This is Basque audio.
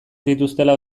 dituztela